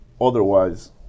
otherwise